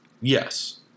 Yes